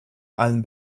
allen